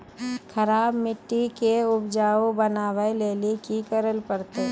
खराब मिट्टी के उपजाऊ बनावे लेली की करे परतै?